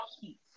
heat